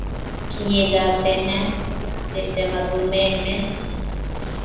किए जाते हैं जैसे मधुमेह में